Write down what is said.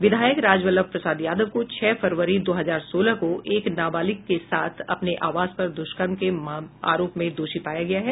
विधायक राजवल्लभ प्रसाद यादव को छह फरवरी दो हजार सोलह को एक नाबालिग के साथ अपने आवास पर द्वष्कर्म के आरोप में दोषी पाया गया है